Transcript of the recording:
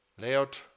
layout